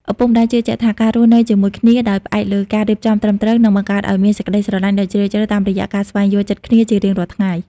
ឪពុកម្ដាយជឿជាក់ថា ការរស់នៅជាមួយគ្នាដោយផ្អែកលើការរៀបចំត្រឹមត្រូវ នឹងបង្កើតឱ្យមានសេចក្ដីស្រឡាញ់ដ៏ជ្រាលជ្រៅតាមរយៈការស្វែងយល់ចិត្តគ្នាជារៀងរាល់ថ្ងៃ។